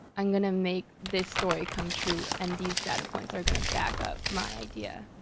i'm gonna make this story come true, and these data points are gonna back up my idea.